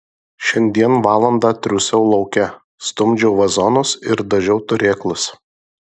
šiandien valandą triūsiau lauke stumdžiau vazonus ir dažiau turėklus